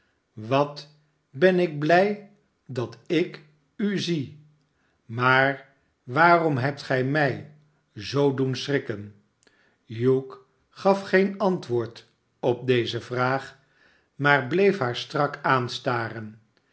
wat ben ik blij dat ik u zie maar waarom hebt gij mij zoo doen schrikken hugh gaf geen antwoord op deze vraag maar bleef haar strak aanstaren